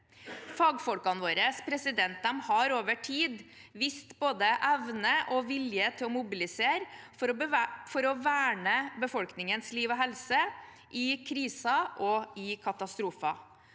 Fagfolkene våre har over tid vist både evne og vilje til å mobilisere for å verne befolkningens liv og helse i kriser og i katastrofer.